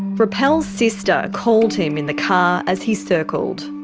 rappel's sister called him in the car as he circled.